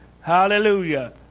Hallelujah